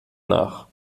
nach